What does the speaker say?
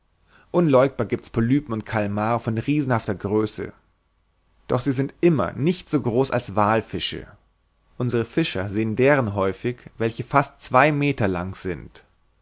unleugbar giebt's polypen und kalmar von riesenhafter größe doch sind sie immer nicht so groß als wallfische unsere fischer sehen deren häufig welche fast zwei meter lang sind